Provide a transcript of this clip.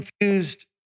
confused